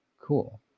cool